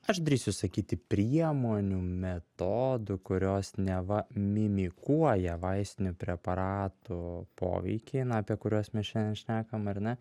aš drįsiu sakyti priemonių metodų kurios neva mimikuoja vaistinių preparatų poveikį na apie kuriuos mes šiandien šnekam ar ne